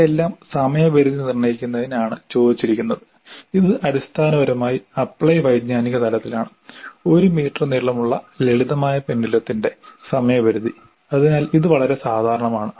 അവയെല്ലാം സമയപരിധി നിർണ്ണയിക്കുന്നതിനാണ് ചോദിച്ചിരിക്കുന്നത് ഇത് അടിസ്ഥാനപരമായി അപ്ലൈ വൈജ്ഞാനിക തലത്തിലാണ് 1 മീറ്റർ നീളമുള്ള ലളിതമായ പെൻഡുലത്തിന്റെ സമയപരിധി അതിനാൽ ഇത് വളരെ സാധാരണമാണ്